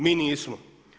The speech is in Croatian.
Mi nismo.